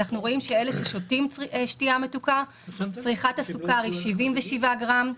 רואים שאלה ששותים שתייה מתוקה צריכת הסוכר היא 77 גרם.